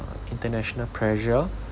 international pressure